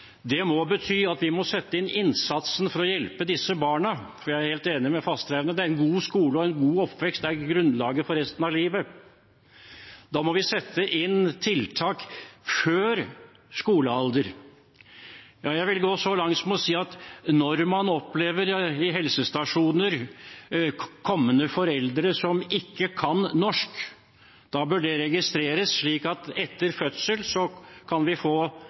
Det betyr at vi må gjøre en innsats for å hjelpe disse barna, for jeg er helt enig med Fasteraune i at en god skole og en god oppvekst er grunnlaget for resten av livet. Da må vi sette inn tiltak før skolealder. Ja, jeg vil gå så langt som å si at når man på helsestasjoner opplever kommende foreldre som ikke kan norsk, bør det registreres slik at de etter fødselen kan få hjelp av det man kan